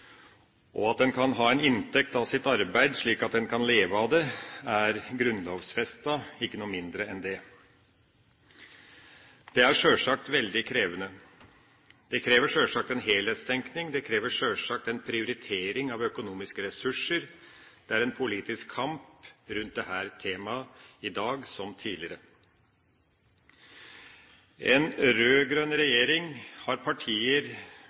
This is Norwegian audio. og at en kan ha en inntekt av sitt arbeid slik at en kan leve av det, er grunnlovfestet – ikke noe mindre enn det. Det er sjølsagt veldig krevende. Det krever sjølsagt en helhetstenkning, og det krever sjølsagt en prioritering av økonomiske ressurser. Det er en politisk kamp rundt dette temaet i dag, som tidligere. En rød-grønn regjering har partier